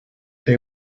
they